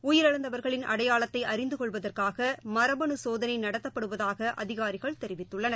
உயிரிழந்தவர்களின் அடையாளத்தை அறிந்துகொள்வதற்காகமரபனு சோதனைநடத்தப்படுவதாக அதிகாரிகள் தெரிவித்துள்ளனர்